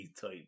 type